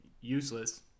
useless